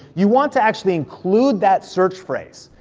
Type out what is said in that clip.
you want to actually include that search phrase.